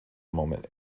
moment